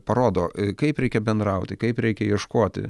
parodo kaip reikia bendrauti kaip reikia ieškoti